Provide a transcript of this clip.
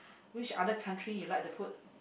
which other country you liked the food